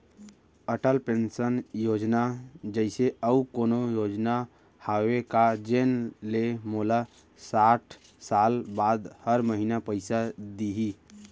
Atal pension योजना जइसे अऊ कोनो योजना हावे का जेन ले मोला साठ साल बाद हर महीना पइसा दिही?